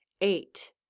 eight